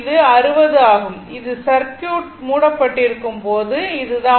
இது 60 ஆகும் அது சர்க்யூட் மூடப்பட்டிருக்கும் போது இதுதான்